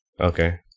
Okay